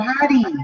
body